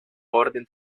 orden